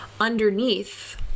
underneath